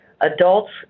adults